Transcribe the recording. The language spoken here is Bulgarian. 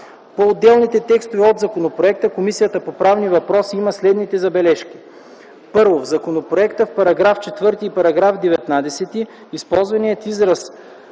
По отделните текстове от законопроекта Комисията по правни въпроси има следните бележки: 1. В законопроекта в § 4 и § 19 използваният израз